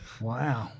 Wow